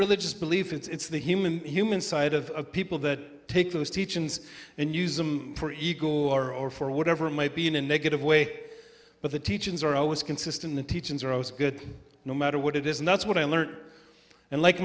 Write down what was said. religious belief it's the human human side of people that take those teachings and use them for equal or or for whatever might be in a negative way but the teachings are always consistent the teachings are always good no matter what it is and that's what i learned and like